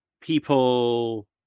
people